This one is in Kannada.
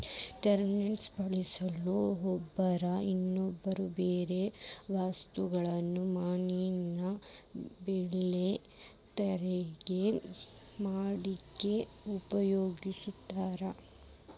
ನೈಲಾನ್ ಪಾಲಿಸ್ಟರ್ ರಬ್ಬರ್ ಇನ್ನೂ ಬ್ಯಾರ್ಬ್ಯಾರೇ ವಸ್ತುಗಳನ್ನ ಮೇನಿನ ಬಲೇ ತಯಾರ್ ಮಾಡಕ್ ಉಪಯೋಗಸ್ತಾರ